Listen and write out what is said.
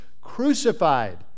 crucified